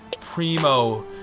Primo